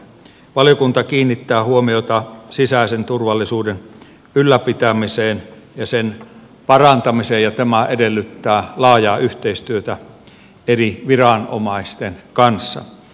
valiokunta kiinnittää huomiota sisäisen turvallisuuden ylläpitämiseen ja sen parantamiseen ja tämä edellyttää laajaa yhteistyötä eri viranomaisten kanssa